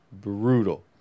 Brutal